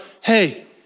Hey